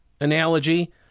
analogy